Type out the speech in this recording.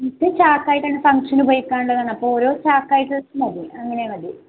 എനിക്ക് ചാക്കായിട്ടാണ് ഫങ്ഷന് ഉപയോഗിക്കാനുള്ളതാണ് അപ്പോളോരോ ചാക്കായിട്ട് മതി അങ്ങനെ മതി